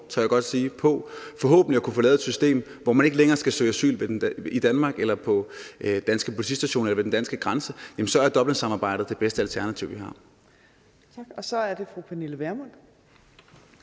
tør jeg godt sige, på forhåbentlig at kunne få lavet et system, hvor man ikke længere skal søge asyl i Danmark eller på danske politistationer eller ved den danske grænse, så er Dublinsamarbejdet det bedste alternativ, vi har.